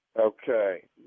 Okay